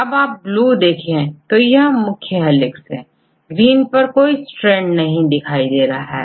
यदि आप ब्लू को देखें तो यह मुख्य हेलिक्स है ग्रीन पर कोई strandनहीं है